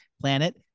planet